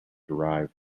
derive